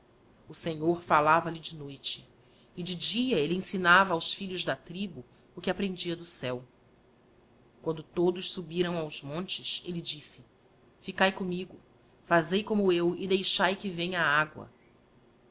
o senhor fallava lhe de noite e de dia elle ensinava aos filhos da tribu o que aprendia do céo quando todos subiram aos montes elle disse c ficae commigo fazei como eu e deixae que venha a agua